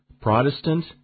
Protestant